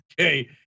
okay